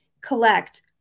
collect